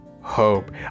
hope